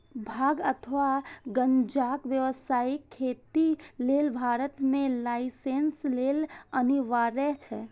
भांग अथवा गांजाक व्यावसायिक खेती लेल भारत मे लाइसेंस लेब अनिवार्य छै